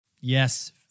Yes